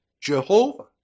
Jehovah